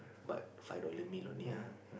but five dollar meal only ah